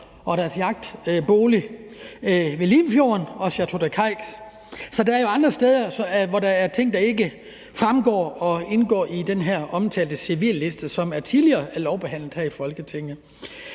deres jagtbolig ved Limfjorden og Château de Cayx. Så der er jo nogle værdier, der ikke indgår i den omtalte civilliste, som tidligere er blevet behandlet her i Folketinget.